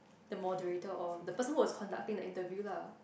the moderator or the person was conducting the interview lah